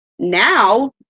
Now